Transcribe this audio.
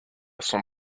son